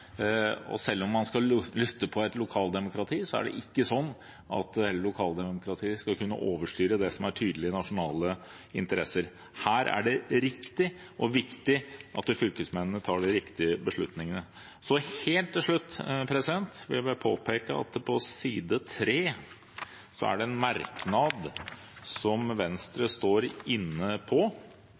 og selv om man skal lytte til et lokaldemokrati, skal ikke hele lokaldemokratiet kunne overstyre det som er tydelige nasjonale interesser. Her er det riktig og viktig at fylkesmennene tar de riktige beslutningene. Helt til slutt vil jeg bare påpeke at det på side 3 er en merknad som Venstre står inne på.